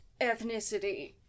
ethnicity